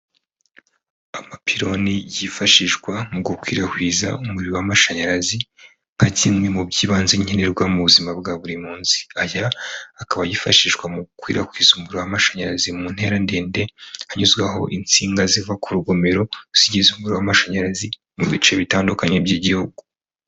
Amapiloni yifashishwa mu gukwirakwiza umuriro w'amashanyarazi, nka kimwe mu by'ibanze nkenerwa mu buzima bwa buri munsi. Aya akaba yifashishwa mu gukwirakwiza umuriro amashanyarazi mu ntera ndende, hanyuzwaho insinga ziva ku rugomero zigeze umuriro w'amashanyarazi mu bice bitandukanye by'igihugu.